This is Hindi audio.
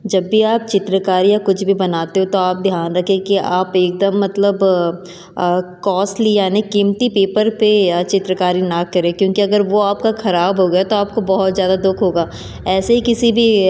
जब भी आप चित्रकारी या कुछ भी बनाते हो तो आप ध्यान रखें कि आप एकदम मतलब कोस्ली यानी कीमती पेपर पे चित्रकारी ना करें क्योंकि अगर वो आपका खराब हो गया तो आपको बहुत ज़्दुयादा ख होगा ऐसे किसी भी